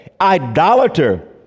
Idolater